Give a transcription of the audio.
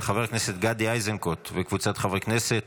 של חבר הכנסת גדי איזנקוט וקבוצת חברי הכנסת.